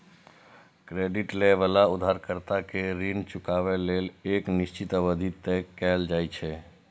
credit लए बला उधारकर्ता कें ऋण चुकाबै लेल एक निश्चित अवधि तय कैल जाइ छै